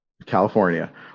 California